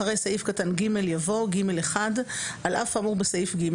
אחרי סעיף קטן (ג) יבוא "(ג1) על אף האמור בסעיף (ג),